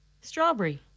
Strawberry